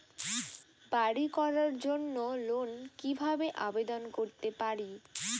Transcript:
বাড়ি করার জন্য লোন কিভাবে আবেদন করতে পারি?